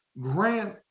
Grant